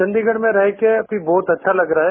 वंडीगढ़ में रहकर अमी बहुत अच्छा लग रहा है